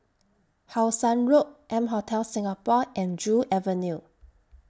How Sun Road M Hotel Singapore and Joo Avenue